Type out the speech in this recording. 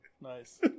Nice